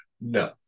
no